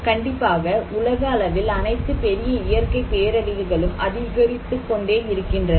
கண்டிப்பாக உலக அளவில் அனைத்து பெரிய இயற்கை பேரழிவுகளும் அதிகரித்துக்கொண்டே இருக்கின்றன